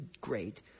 great